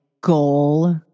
goal